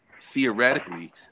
theoretically